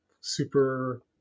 super